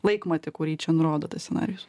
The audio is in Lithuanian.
laikmatį kurį čia nurodo tas scenarijus